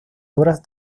obras